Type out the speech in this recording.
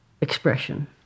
expression